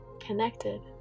connected